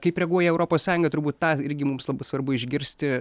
kaip reaguoja europos sąjunga turbūt tą irgi mums labai svarbu išgirsti